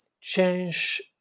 change